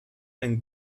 and